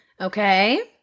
Okay